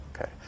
Okay